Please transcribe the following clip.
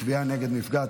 תביעה נגד מפגע),